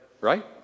Right